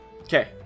Okay